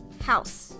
house